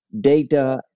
data